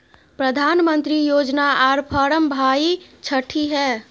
प्रधानमंत्री योजना आर फारम भाई छठी है?